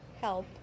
help